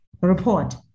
report